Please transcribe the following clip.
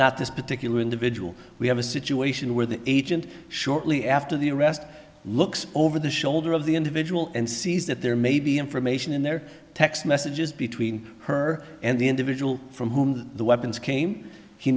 not this particular individual we have a situation where the agent shortly after the arrest looks over the shoulder of the individual and sees that there may be information in there text messages between her and the individual from whom the weapons came he